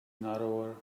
narrower